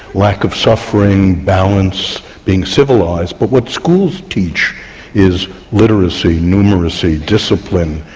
lack of suffering, balance, being civilised but what schools teach is literacy, numeracy, discipline,